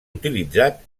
utilitzat